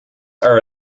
are